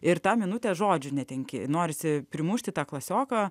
ir tą minutę žodžių netenki norisi primušti tą klasioką